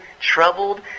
troubled